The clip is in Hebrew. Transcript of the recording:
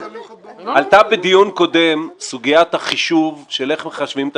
עלתה בדיון הקודם סוגיית החישוב של איך מחשבים את